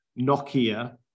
nokia